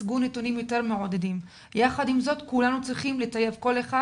התוכנית שלנו היא תוכנית לבתי ספר